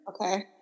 Okay